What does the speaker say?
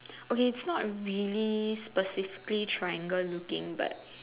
okay it's not really specifically triangle looking but